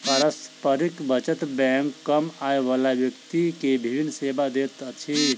पारस्परिक बचत बैंक कम आय बला व्यक्ति के विभिन सेवा दैत अछि